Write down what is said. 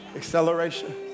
acceleration